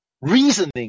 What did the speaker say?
reasoning